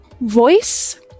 voice